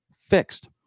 fixed